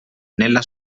nella